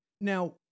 Now